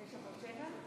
ג'אבר עסאקלה?